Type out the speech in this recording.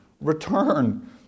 Return